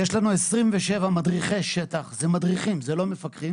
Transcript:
יש לנו 27 מדריכי שטח - זה מדריכים, זה לא מפקחים